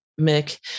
Mick